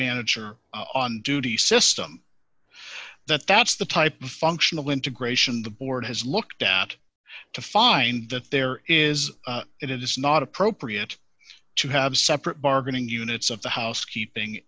manager on duty system that that's the type of functional integration the board has looked at to find that there is it is not appropriate to have separate bargaining units of the housekeeping